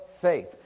faith